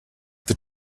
that